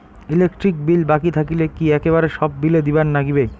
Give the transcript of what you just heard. Electric bill বাকি থাকিলে কি একেবারে সব বিলে দিবার নাগিবে?